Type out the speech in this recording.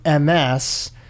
MS